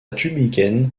tübingen